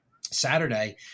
Saturday